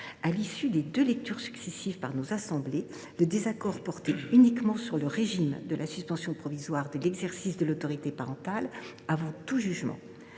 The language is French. À l’issue des deux lectures successives par nos assemblées, le désaccord portait uniquement sur le régime de la suspension provisoire de l’exercice de l’autorité parentale avant tout jugement.